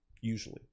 usually